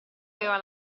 aveva